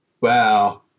Wow